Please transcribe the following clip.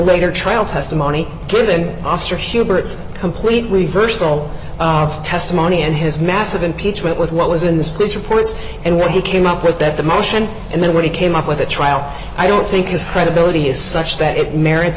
later trial testimony given ostrich hubert's complete reversal of testimony and his massive impeachment with what was in the scripts reports and what he came up with that the motion and then when he came up with a trial i don't think his credibility is such that it merits